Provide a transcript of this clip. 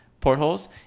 portholes